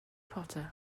potter